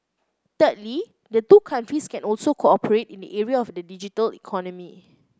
thirdly the two countries can also cooperate in the area of the digital economy